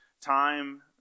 time